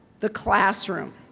the classroom,